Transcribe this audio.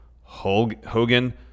Hogan